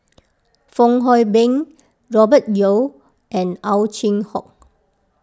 Fong Hoe Beng Robert Yeo and Ow Chin Hock